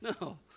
No